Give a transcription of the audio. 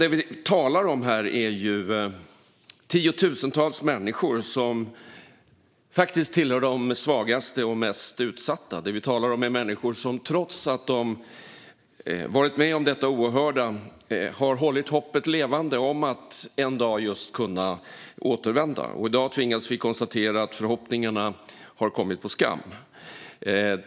Det vi talar om här är tiotusentals människor som tillhör de svagaste och mest utsatta. Det vi talar om är människor som trots att de varit med om detta oerhörda har hållit hoppet levande om att en dag kunna återvända. I dag tvingas vi konstatera att förhoppningarna har kommit på skam.